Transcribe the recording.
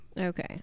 Okay